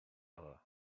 other